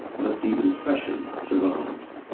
but the impression survives.